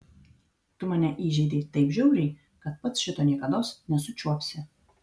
tu mane įžeidei taip žiauriai kad pats šito niekados nesučiuopsi